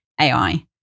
AI